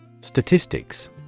Statistics